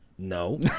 No